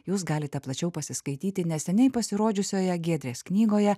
jūs galite plačiau pasiskaityti neseniai pasirodžiusioje giedrės knygoje